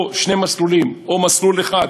או שני מסלולים או מסלול אחד.